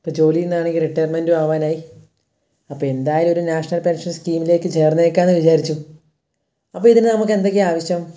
ഇപ്പോൾ ജോലിയിൽ നിന്നാണെങ്കിൽ റിട്ടയർമെൻ്റും ആവാനായി അപ്പോൾ എന്തായാലുമൊരു നാഷണൽ പെൻഷൻ സ്കീമിലേക്ക് ചേർന്നേക്കാമെന്നു വിചാരിച്ചു അപ്പം ഇതിന് നമുക്കെന്തൊക്കെയാണ് ആവശ്യം